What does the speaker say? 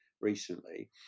recently